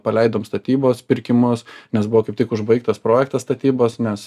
paleidom statybos pirkimus nes buvo kaip tik užbaigtas projektas statybos nes